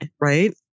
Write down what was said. right